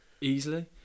easily